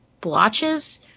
Blotches